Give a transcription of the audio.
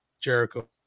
Jericho